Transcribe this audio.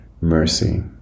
mercy